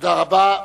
תודה רבה.